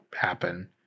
happen